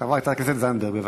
חברת הכנסת זנדברג, בבקשה.